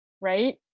right